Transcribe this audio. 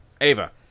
Ava